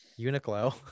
Uniqlo